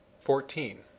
Fourteen